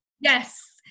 Yes